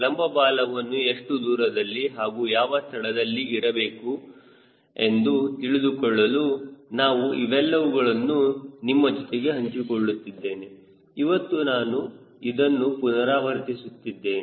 ಲಂಬ ಬಾಲವನ್ನು ಎಷ್ಟು ದೂರದಲ್ಲಿ ಹಾಗೂ ಯಾವ ಸ್ಥಳದಲ್ಲಿ ಇರಬೇಕು ಎಂದು ತಿಳಿದುಕೊಳ್ಳಲು ನಾನು ಇವೆಲ್ಲವುಗಳನ್ನು ನಿಮ್ಮ ಜೊತೆಗೆ ಹಂಚಿಕೊಳ್ಳುತ್ತಿದ್ದೇನೆ ಇವತ್ತು ನಾನು ಇದನ್ನು ಪುನರಾವರ್ತಿಸುತ್ತಿದ್ದೇನೆ